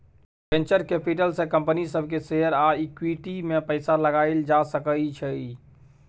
venture capital से company सब के शेयर आ इक्विटी में पैसा लगाएल जा सकय छइ